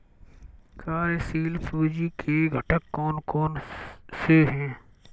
कार्यशील पूंजी के घटक कौन कौन से हैं?